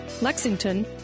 Lexington